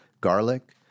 garlic